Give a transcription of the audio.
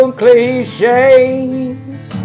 cliches